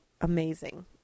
amazing